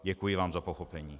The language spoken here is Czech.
Děkuji vám za pochopení.